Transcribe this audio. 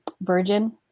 Virgin